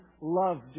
loved